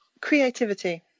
Creativity